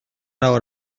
awr